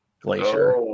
Glacier